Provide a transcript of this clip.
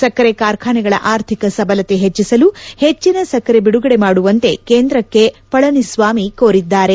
ಸಕ್ಕರೆ ಕಾರ್ಖಾನೆಗಳ ಆರ್ಥಿಕ ಸಬಲತೆ ಹೆಚ್ಚಿಸಲು ಹೆಚ್ಚಿನ ಸಕ್ಕರೆ ಬಿಡುಗಡೆ ಮಾಡುವಂತೆ ಕೇಂದ್ರಕ್ಷೆ ಪಳನಿಸ್ವಾಮಿ ಕೋರಿದ್ದಾರೆ